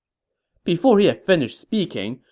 before he had finished speaking,